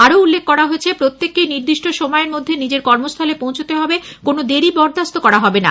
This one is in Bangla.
আরও উল্লেখ করা হয়েছে প্রত্যেককেই নির্দিষ্ট সময়ের মধ্যে নিজের কর্মস্থলে পৌঁছতে হবে কোনও দেরী বরদাস্ত করা হবে না